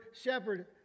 shepherd